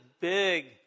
big